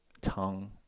tongue